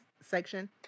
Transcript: section